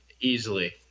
Easily